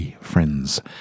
friends